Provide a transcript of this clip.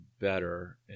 better